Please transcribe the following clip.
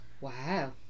Wow